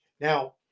now